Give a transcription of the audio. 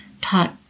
taught